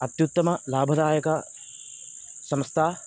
अत्युत्तमलाभदायकसंस्था